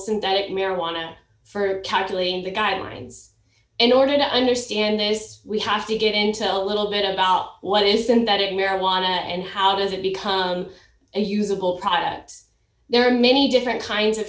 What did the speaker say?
direct marijuana for calculating the guidelines in order to understand this we have to get into a little bit about what is in that it marijuana and how does it become a usable products there are many different kinds of